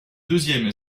deuxième